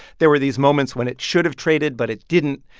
there were these moments when it should've traded but it didn't.